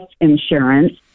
insurance